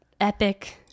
epic